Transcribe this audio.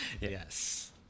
Yes